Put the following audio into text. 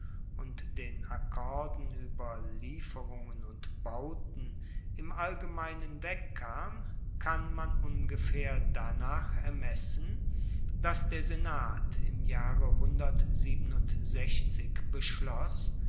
und den akkorden ueber lieferungen und bauten im allgemeinen wegkam kann man ungefaehr danach ermessen dass der senat im jahre beschloss